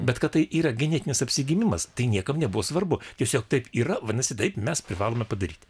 bet kad tai yra genetinis apsigynimas tai niekam nebuvo svarbu tiesiog taip yra vadinasi taip mes privalome padaryti